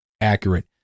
accurate